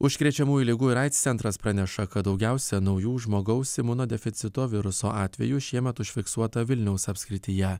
užkrečiamųjų ligų ir aids centras praneša kad daugiausia naujų žmogaus imunodeficito viruso atvejų šiemet užfiksuota vilniaus apskrityje